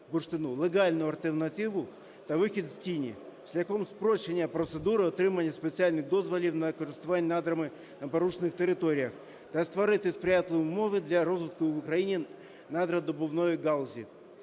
легальну альтернативу та вихід з тіні шляхом спрощення процедури отримання спеціальних дозволів на користування надрами на порушених територіях та створити сприятливі умови для розвитку в Україні надровидобувної галузі.